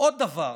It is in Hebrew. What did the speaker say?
עוד דבר.